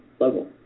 level